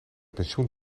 pensioen